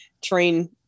train